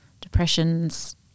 depressions